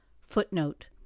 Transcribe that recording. Footnote